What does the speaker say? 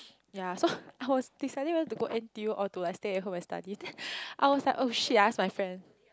ya so I was deciding whether to go N_T_U or like stay at home and study then I was like oh shit I ask my friend